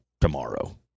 tomorrow